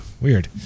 Weird